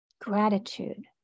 Gratitude